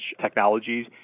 technologies